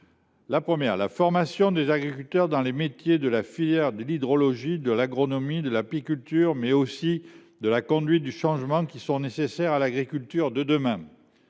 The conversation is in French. La première est la formation des agriculteurs dans les métiers de l’hydrologie, de l’agronomie, de l’apiculture, mais aussi de la conduite du changement nécessaire à l’agriculture de demain.